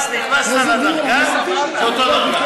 once נכנסת לדרגה, זו אותה דרגה.